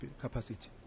capacity